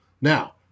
Now